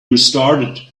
restarted